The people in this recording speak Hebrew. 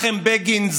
מנחם בגין,